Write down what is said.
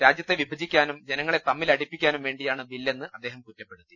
രാജ്യത്തെ വിഭജിക്കാനും ജനങ്ങളെ തമ്മിലടിപ്പിക്കാനും വേണ്ടിയാണ് ബില്ലെന്ന് അദ്ദേഹം കുറ്റപ്പെടുത്തി